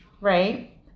right